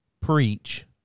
preach